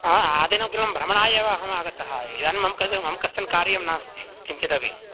हा आदिनं किं भ्रमणाय एव अहमागतः इदानीं मम क कश्चन कार्यं नास्ति किञ्चिदपि